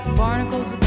barnacles